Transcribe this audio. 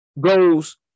goes